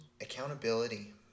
Accountability